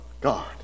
God